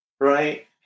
Right